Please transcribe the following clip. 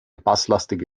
basslastige